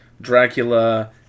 Dracula